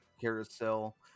carousel